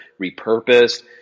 repurposed